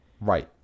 Right